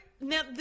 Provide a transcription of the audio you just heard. Now